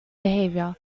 behavior